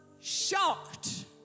shocked